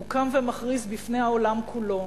הוא קם ומכריז בפני העולם כולו: